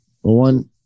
one